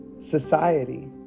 Society